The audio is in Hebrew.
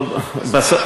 כי לא היה לי זמן, בסוף,